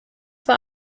war